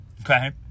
Okay